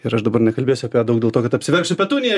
ir aš dabar nekalbėsiu apie ją daug dėl to kad apsiverksiu petunija